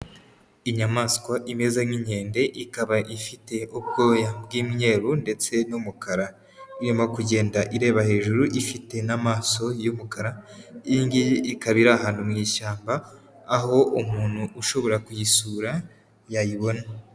Inyamaswa imeze nk'inkende ikaba ifite ubwoya bw'imyeru ndetse n'umukara, irimo kugenda ireba hejuru ifite n'amaso y'umukara, iyi ngiyi ikaba iri ahantu mu ishyamba, aho umuntu ushobora kuyisura yayibona.